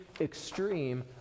extreme